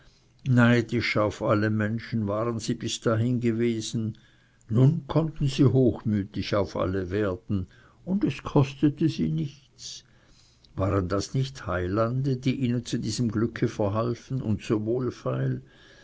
neidisch auf alle menschen waren sie bis dahin gewesen nun konnten sie hochmütig auf alle werden und es kostete sie nichts waren das nicht heilande die ihnen zu diesem glücke verhalfen ohne